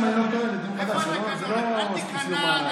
אל תיכנע לבריונות, להתנהלות הבריונית